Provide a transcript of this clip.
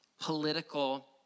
political